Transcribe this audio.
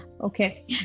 okay